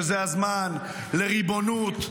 שזה הזמן לריבונות,